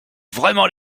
vraiment